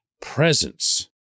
presence